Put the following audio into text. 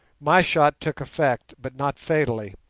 my shot took effect, but not fatally,